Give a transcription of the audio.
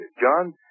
John